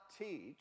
teach